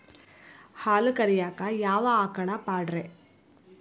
ಹಾಲು ಕರಿಯಾಕ ಯಾವ ಆಕಳ ಪಾಡ್ರೇ?